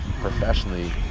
Professionally